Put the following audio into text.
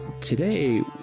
today